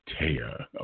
Taya